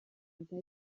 eta